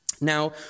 Now